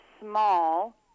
small